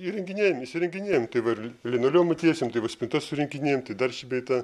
įrenginėjam įsirenginėjam tai va ir linoleumą tiesim tai va spintas surinkinėjam tai dar šį bei tą